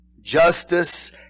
justice